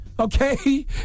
Okay